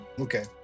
Okay